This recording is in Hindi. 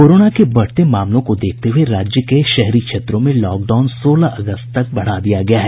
कोरोना के बढ़ते मामलों को देखते हुये राज्य के शहरी क्षेत्रों में लॉकडाउन सोलह अगस्त तक बढ़ा दिया गया है